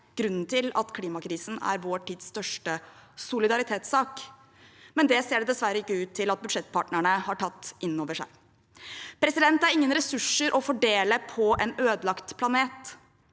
grunnen til at klimakrisen er vår tids største solidaritetssak. Men det ser det dessverre ikke ut til at budsjettpartnerne har tatt inn over seg. Det er ingen ressurser å fordele på en ødelagt planet.